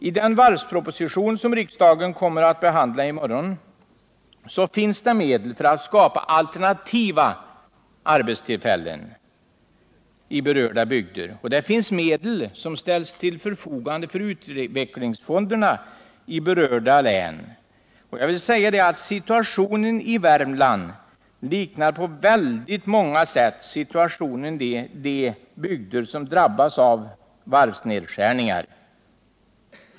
I den varvsproposition som riksdagen kommer att behandla i morgon anslås medel för att skapa alternativa arbetstillfällen i berörda bygder. Medel ställs till förfogande för utvecklingsfonderna i berörda län. Situationen i Värmland liknar på väldigt många sätt situationen i de bygder som drabbas av varvsnedskärningar.